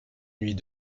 nuit